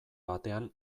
batean